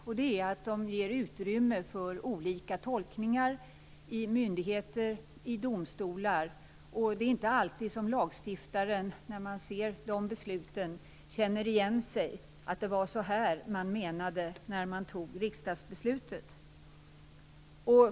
En sådan är att de ger utrymme för olika tolkningar i myndigheter och i domstolar. Det är inte alltid man som lagstiftare känner igen sig när man ser deras beslut och känner att det var så man menade när man fattade riksdagsbeslutet.